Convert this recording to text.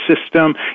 system